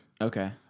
Okay